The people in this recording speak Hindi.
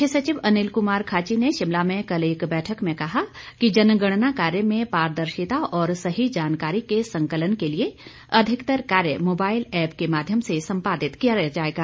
मुख्य सचिव अनिल कुमार खाची ने शिमला में कल एक बैठक में कहा कि जनगणना कार्य में पारदर्शिता और सही जानकारी के संकलन के लिए अधिकतर कार्य मोबाईल ऐप के माध्यम से संपादित कराया जाएगा